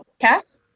Cass